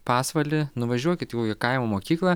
pasvalį nuvažiuokit į kokią kaimo mokyklą